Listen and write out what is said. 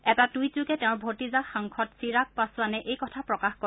এটা টুইট যোগে তেওঁৰ ভতিজাক সাংসদ চিৰাগ পাচোৱানে এই কথা প্ৰকাশ কৰে